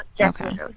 Okay